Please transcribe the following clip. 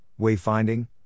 wayfinding